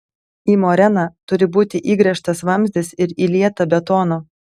į moreną turi būti įgręžtas vamzdis ir įlieta betono